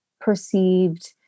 perceived